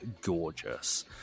gorgeous